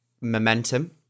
momentum